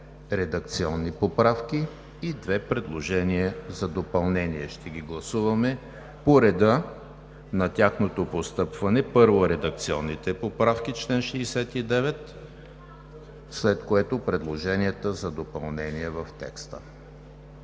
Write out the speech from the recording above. редакционни поправки и две предложения за допълнение. Ще ги гласуваме по реда на тяхното постъпване. Първо, редакционните поправки – чл. 69, след което предложенията за допълнение в текста.